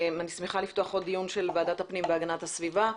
אני שמחה לפתוח עוד דיון של ועדת הפנים והגנת הסביבה.